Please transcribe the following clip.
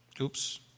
Oops